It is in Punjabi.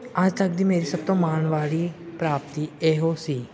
ਅੱਜ ਤੱਕ ਦੀ ਮੇਰੀ ਸਭ ਤੋਂ ਮਾਣ ਵਾਲੀ ਪ੍ਰਾਪਤੀ ਇਹੋ ਸੀ